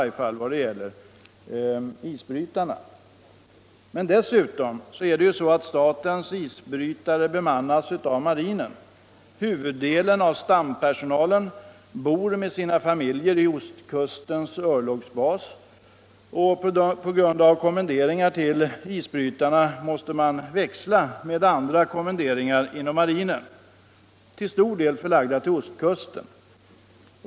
Dessutom bemannas isbrytarna av marinen. Huvuddelen av stampersonalen bor med sina familjer i ostkustens örlogsbas. På grund av kommenderingar till isbrytarna måste man växla med andra kommenderingar inom marinen, till stor det förlagda till ostkusten.